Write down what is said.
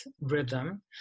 rhythm